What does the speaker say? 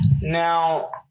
now